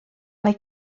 mae